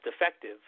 effective